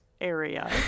area